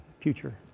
future